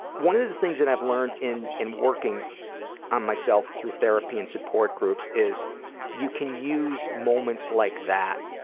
one of the things that i've learned in in working on myself through therapy and support groups is you can use moments like that